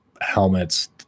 helmets